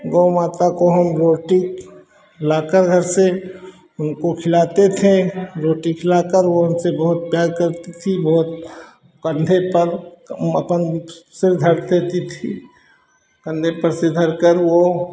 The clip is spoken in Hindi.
गौ माता को हम रोटी लाकर घर से उनको खिलाते थे रोटी खिलाकर वह हमसे बहुत प्यार करती थी बहुत कंधे पर अपन सर धर देती थी कंधे पर से धरकर वह